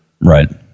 Right